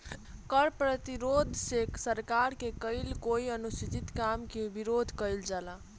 कर प्रतिरोध से सरकार के कईल कोई अनुचित काम के विरोध कईल जाला